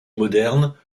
moderne